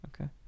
okay